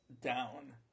down